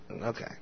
Okay